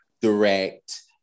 direct